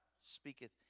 Speaketh